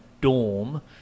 dorm